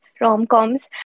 rom-coms